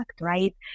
right